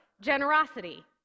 generosity